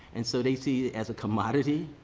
and so, they see it as a commodity,